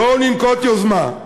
בואו ננקוט יוזמה.